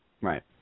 Right